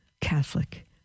Catholic